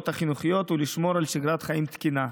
החינוכיות ולשמור על שגרת חיים תקינה.